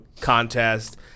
contest –